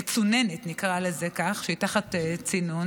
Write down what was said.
המצוננת, נקרא לזה כך, שהיא תחת צינון.